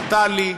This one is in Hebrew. לטלי,